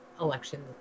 elections